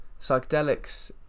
psychedelics